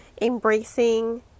embracing